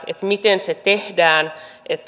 miten se tehdään